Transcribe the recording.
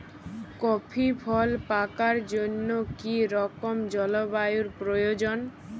Coffee ফল পাকার জন্য কী রকম জলবায়ু প্রয়োজন?